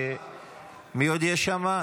מי עוד יש שם?